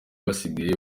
basigaye